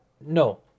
no